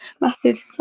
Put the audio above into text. Massive